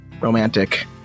romantic